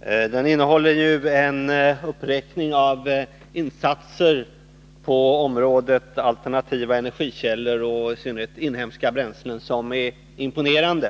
Det innehåller en uppräkning av insatser på området alternativa energikällor och i synnerhet inhemska bränslen som är imponerande.